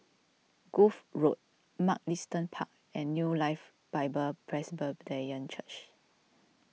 Grove Road Mugliston Park and New Life Bible Presbyterian Church